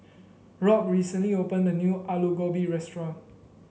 Rob recently opened a new Alu Gobi restaurant